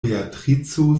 beatrico